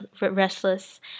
restless